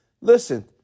Listen